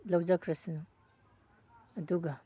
ꯂꯧꯖꯈ꯭ꯔꯁꯅꯨ ꯑꯗꯨꯒ